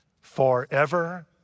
forever